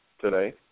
Today